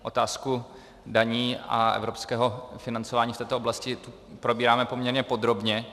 Otázku daní a evropského financování v této oblasti probíráme poměrně podrobně.